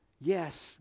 Yes